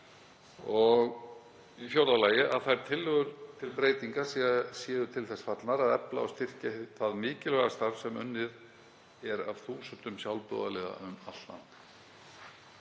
Í fjórða lagi að þær tillögur til breytinga séu til þess fallnar að efla og styrkja það mikilvæga starf sem unnið er af þúsundum sjálfboðaliða um allt land.